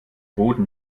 boden